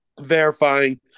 verifying